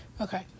okay